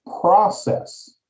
process